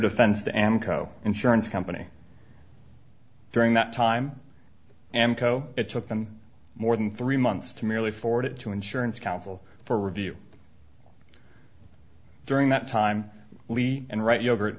defense to am co insurance company during that time and co it took them more than three months to merely forward it to insurance counsel for review during that time and right yogurt